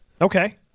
Okay